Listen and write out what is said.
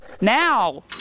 now